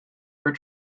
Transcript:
for